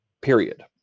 period